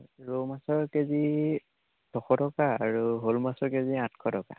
ৰৌ মাছৰ কেজি ছয়শ টকা আৰু শ'ল মাছৰ কেজি আঠশ টকা